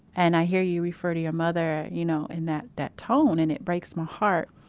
and i hear you refer to your mother, you know in that, that tone and it breaks my heart